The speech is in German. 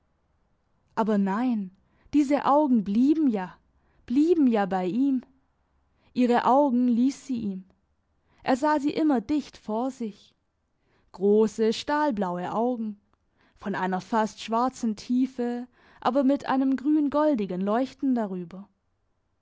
aber nein diese augen blieben ja blieben ja bei ihm ihre augen liess sie ihm er sah sie immer dicht vor sich grosse stahlblaue augen von einer fast schwarzen tiefe aber mit einem grüngoldigen leuchten darüber